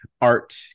art